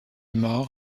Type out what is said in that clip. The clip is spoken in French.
mort